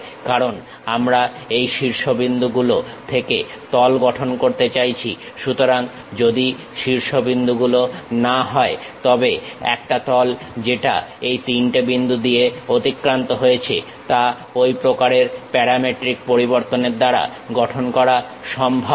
কারণ আমরা এই শীর্ষবিন্দুগুলো থেকে তল গঠন করতে চাইছি সুতরাং যদি শীর্ষবিন্দুগুলো না হয় তবে একটা তল যেটা এই তিনটে বিন্দু দিয়ে অতিক্রান্ত হয়েছে তা ওই প্রকারের প্যারামেট্রিক পরিবর্তনের দ্বারা গঠন করা সম্ভব